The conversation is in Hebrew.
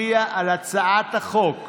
יריב לוין, אם אתה כבר אומר,